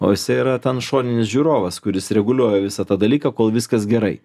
o jisai yra ten šoninis žiūrovas kuris reguliuoja visą tą dalyką kol viskas gerai